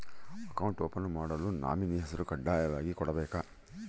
Account open ಮಾಡಲು nominee ಹೆಸರು ಕಡ್ಡಾಯವಾಗಿ ಕೊಡಬೇಕಾ?